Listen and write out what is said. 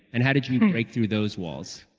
and how did you break through those walls?